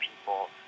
people